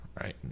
Right